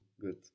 Good